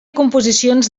composicions